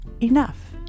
enough